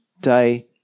day